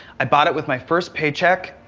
i bought it with my first paycheck.